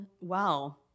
wow